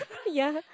ya